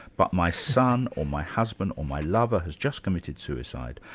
but my son or my husband or my lover has just committed suicide,